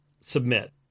submit